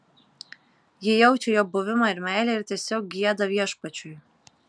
ji jaučia jo buvimą ir meilę ir tiesiog gieda viešpačiui